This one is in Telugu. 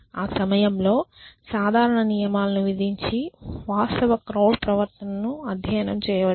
ఆ సమయంలో సాధారణ నియమాలను విధించి వాస్తవ క్రౌడ్ ప్రవర్తనను అధ్యయనం చేయవచ్చు